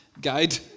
guide